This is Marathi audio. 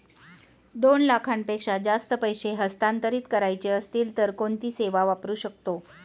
दोन लाखांपेक्षा जास्त पैसे हस्तांतरित करायचे असतील तर कोणती सेवा वापरू शकतो?